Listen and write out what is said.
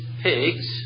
Pigs